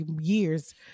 years